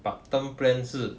but term plan 是